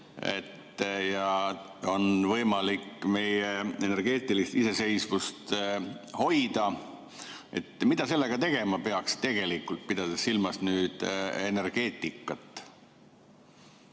on võimalik meie energeetilist iseseisvust hoida: mida sellega tegema peaks, pidades silmas energeetikat?